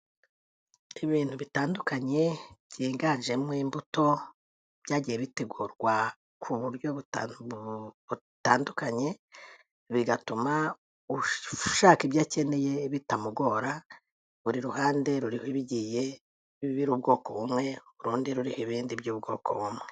Ibintu bitandukanye byiganjemo imbuto, byagiye bitegurwa ku buryo butandukanye, bigatuma ushaka ibyo akeneye bitamugora, buri ruhande ruriho ibigiye biri ubwoko bumwe, urundi ruriho ibindi by'ubwoko bumwe.